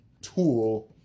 tool